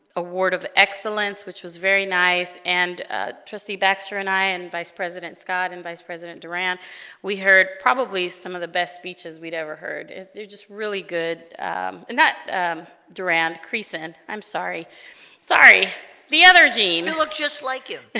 award of excellence which was very nice and trustee baxter and i and vice president scott and vice president duran we heard probably some of the best speeches we'd ever heard they're just really good that duran creason i'm sorry sorry the other jean it looked just like you